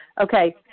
okay